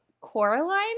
Coraline